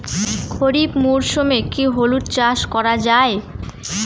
খরিফ মরশুমে কি হলুদ চাস করা য়ায়?